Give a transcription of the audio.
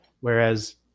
Whereas